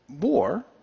war